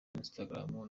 instagram